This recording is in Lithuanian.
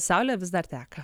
saulė vis dar teka